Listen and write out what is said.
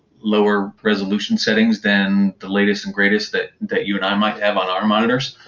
lower resolution settings, than the latest and greatest that that you and i might have on our monitors.